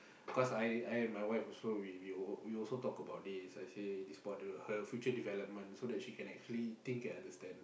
cause I I and my wife also we we we also talk about this I say is about the her future development so that she can actually think and understand